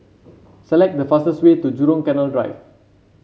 select the fastest way to Jurong Canal Drive